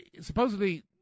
supposedly